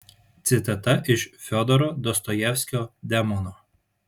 citata iš fiodoro dostojevskio demonų